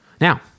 Now